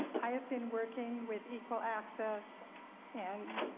i have been working with equal access and